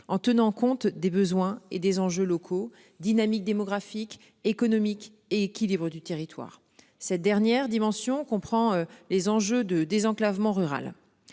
en tenant compte des besoins et des enjeux locaux dynamique démographique économique équilibré du territoire. Cette dernière dimension comprend les enjeux de désenclavement rural.